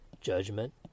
Judgment